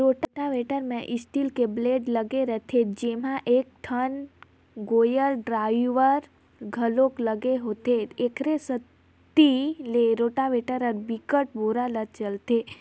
rotavator म steel के blade लगे रहिथे जेमा एकठन गेयर ड्राइव घलोक लगे होथे, एखरे सेती ए रोटावेटर ह बिकट बेरा ले चलथे